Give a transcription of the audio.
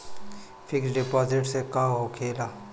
Fix deposit से का होखे ला?